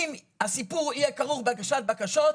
אם הסיפור יהיה כרוך בהגשת בקשות,